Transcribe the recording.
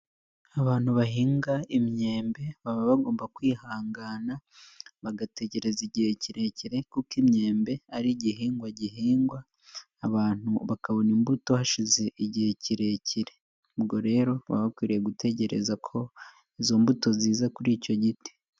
Abantu bahinga imyembe baba bagomba kwihangana, bagategereza igihe kirekire, kuko imyembe ari igihingwa gihingwa abantu bakabona imbuto hashize igihe kirekire, ubwo rero baba bakwiriye gutegereza ko izo mbuto ziza kuri icyo giti.